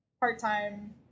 part-time